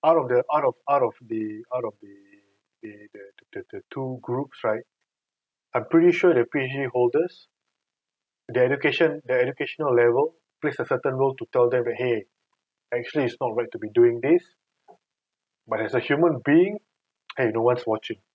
out of the out of out of the out of the the the the the two group right I'm pretty sure the P_H_D holders their education their educational level plays a certain role to tell them that !hey! actually it's not right to be doing this but as a human being !hey! no one's watching